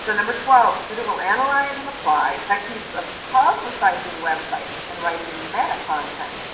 so number twelve student will analyze and apply techniques of publicizing web sites and writing meta content.